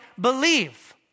believe